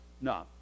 no